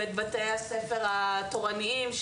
ובתי הספר התורניים,